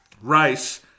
rice